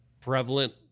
prevalent